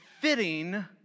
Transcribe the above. fitting